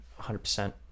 100%